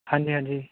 ਹਾਂਜੀ ਹਾਂਜੀ